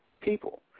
people